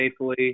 safely